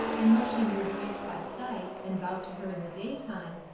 and though she knew grace by sight, and bowed to her in the daytime,